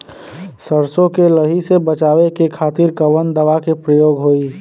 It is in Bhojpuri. सरसो के लही से बचावे के खातिर कवन दवा के प्रयोग होई?